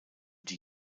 die